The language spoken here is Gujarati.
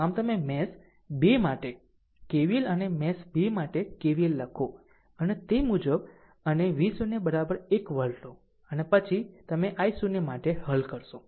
આમ તમે મેશ 2 માટે KVL અને મેશ 2 માટે KVL લખો અને તે મુજબ અને V0 તમે 1 વોલ્ટ લો અને તે પછી તમે i0 માટે હલ કરશો